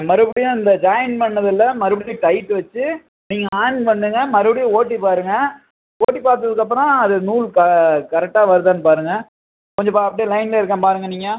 மறுபடியும் இந்த ஜாயின் பண்ணதில் மறுபடியும் டைட் வச்சு நீங்கள் ஆன் பண்ணுங்கள் மறுபடியும் ஓட்டி பாருங்கள் ஓட்டி பார்த்ததுக்கப்புறோம் அது நூல் க கரெக்டாக வருதான்னு பாருங்கள் கொஞ்சம் பா அப்படியே லைன்ல இருக்கேன் பாருங்கள் நீங்கள்